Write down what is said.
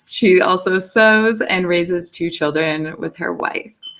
she also sews and raises two children with her wife,